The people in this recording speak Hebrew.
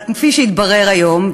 כפי שהתברר היום,